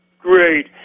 Great